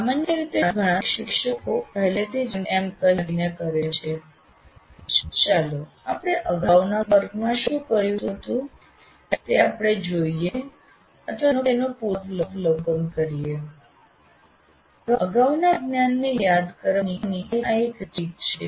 સામાન્ય રીતે ઘણા શિક્ષકો પહેલેથી જ એમ કહીને કરે છે ચાલો આપણે અગાઉના વર્ગમાં શું કર્યું હતું તે આપણે જોઈએ અથવા તેનું પુનર્વલોકન કરીએ અગાઉના જ્ઞાનને યાદ કરવાની આ એક રીત છે